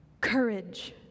courage